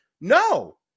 No